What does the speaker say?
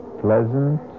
pleasant